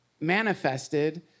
manifested